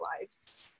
lives